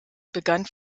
begann